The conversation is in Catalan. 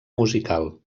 musical